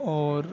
اور